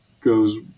goes